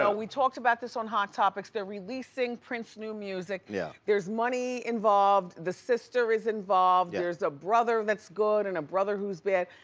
and we talked about this on hot topics. they're releasing prince's new music. yeah there's money involved, the sister is involved. there's a brother that's good, and a brother who's bad.